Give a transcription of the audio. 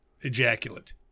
ejaculate